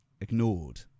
ignored